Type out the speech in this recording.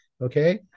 Okay